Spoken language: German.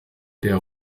der